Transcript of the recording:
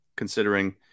considering